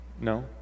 No